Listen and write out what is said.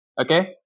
okay